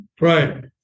right